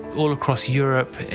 all across europe,